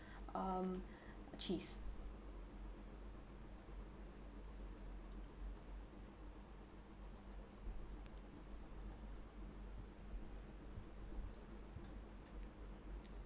um cheese